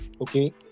Okay